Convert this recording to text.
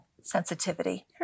sensitivity